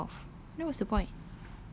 then it came off then what's the point